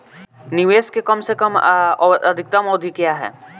निवेश के कम से कम आ अधिकतम अवधि का है?